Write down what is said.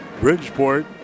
Bridgeport